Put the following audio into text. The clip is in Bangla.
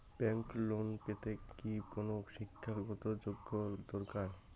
ব্যাংক লোন পেতে কি কোনো শিক্ষা গত যোগ্য দরকার?